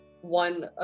one